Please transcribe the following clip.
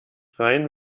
rein